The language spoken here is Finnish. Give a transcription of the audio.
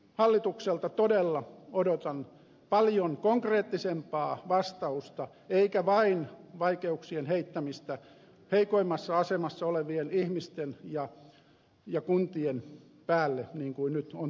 hallitukselta todella odotan paljon konkreettisempaa vastausta eikä vain vaikeuksien heittämistä heikoimmassa asemassa olevien ihmisten ja kuntien päälle niin kuin nyt on tapahtumassa